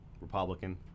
Republican